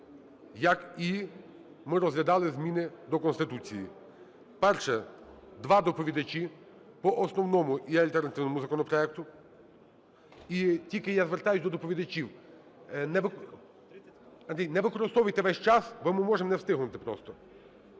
як і ми розглядали зміни до Конституції. Перше: два доповідачі, по основному і альтернативному законопроекту. І тільки я звертаюся до доповідачів. Андрій, не використовуйте весь час, бо ми можемо не встигнути просто.